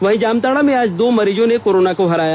वहीं जामताड़ा में आज दो मरीजों ने कोरोना को हराया